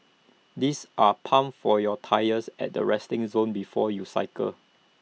these are pumps for your tyres at the resting zone before you cycle